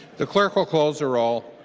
the clerk will close the roll.